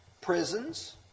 Prisons